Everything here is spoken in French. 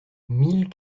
mille